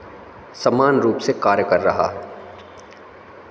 समान रूप से कार्य कर रहा है